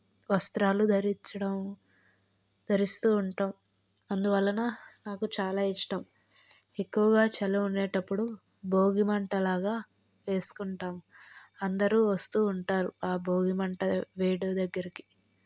వస్త్రాలు ధరించడం ధరిస్తూ ఉంటాం అందువలన నాకు చాలా ఇష్టం ఎక్కువగా చలి ఉండేటప్పుడు భోగిమంట లాగా వేసుకుంటాం అందరూ వస్తూ ఉంటారు ఆ భోగి మంట వేడి దగ్గరికి